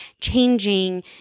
changing